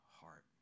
heart